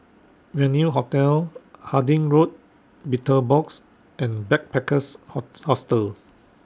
Venue Hotel Harding Road Betel Box and Backpackers Ho Hostel